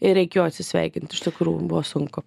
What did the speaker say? ir reikėjo atsisveikint iš tikrųjų buvo sunku